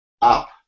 up